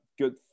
good